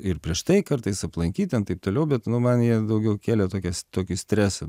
ir prieš tai kartais aplankyt ten taip toliau bet nu man jie daugiau kėlė tokias tokį stresą